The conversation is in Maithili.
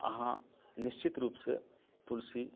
अहाँ निश्चित रूपसँ तुलसी